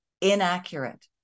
inaccurate